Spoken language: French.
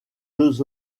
jeux